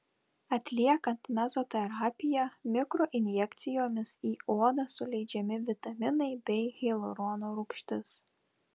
atliekant mezoterapiją mikroinjekcijomis į odą suleidžiami vitaminai bei hialurono rūgštis